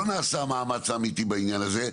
לא נעשה מאמץ אמיתי בעניין הזה,